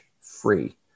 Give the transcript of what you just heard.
free